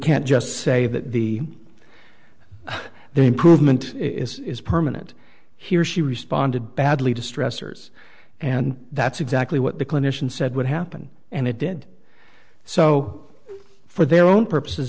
can't just say that the the improvement is permanent he or she responded badly to stressors and that's exactly what the clinician said would happen and it did so for their own purposes